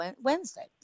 Wednesday